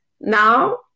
now